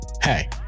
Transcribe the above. Hey